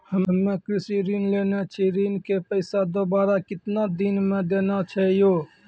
हम्मे कृषि ऋण लेने छी ऋण के पैसा दोबारा कितना दिन मे देना छै यो?